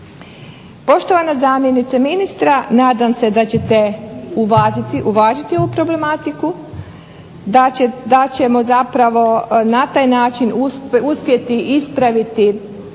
Poštovana zamjenice ministra nadam se da ćete uvažiti ovu problematiku, da ćemo zapravo na taj način uspjeti ispraviti nekakve